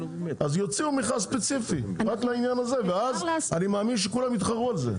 אז יוציאו מכרז ספציפי רק לעניין הזה ואז אני מאמין שכולם יתחרו על זה.